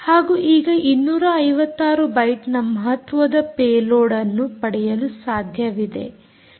ಹಾಗೂ ಈಗ 256 ಬೈಟ್ ನ ಮಹತ್ವದ ಪೇಲೋಡ್ಅನ್ನು ಪಡೆಯಲು ಸಾಧ್ಯವಿದೆ